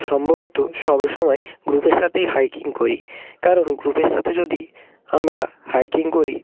সম্ভবত সব সময় গ্রুপের সাথেই হাইকিং করি কারণ গ্রুপের সাথে যদি আমরা হাইকিং করি